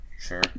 Sure